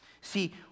See